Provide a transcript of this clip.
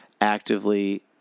actively